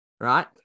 right